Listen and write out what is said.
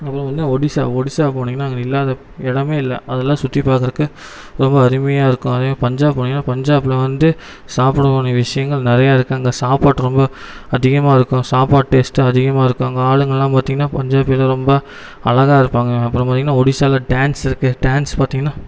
அப்புறம் வந்து ஒடிசா ஒடிசா போனீங்கன்னா அங்கே இல்லாத இடமே இல்லை அதெல்லாம் சுற்றி பார்க்கறக்கு ரொம்ப அருமையாக இருக்கும் அதே மாரி பஞ்சாப் போனீங்கன்னா பஞ்சாப்பில வந்து சாப்பிட வேண்டிய விஷயங்கள் நிறையா இருக்கு அங்கே சாப்பாடு ரொம்ப அதிகமாக இருக்கும் சாப்பாடு டேஸ்ட்டு அதிகமாக இருக்கும் அங்கே ஆளுங்கெல்லாம் பார்த்தீங்கன்னா பஞ்சாபில் ரொம்ப அழகாக இருப்பாங்க அப்புறம் பார்த்தீங்கன்னா ஒடிசாவில டேன்ஸ் இருக்கு டேன்ஸ் பார்த்தீங்கன்னா